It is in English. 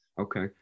Okay